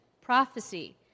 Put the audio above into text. prophecy